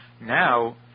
now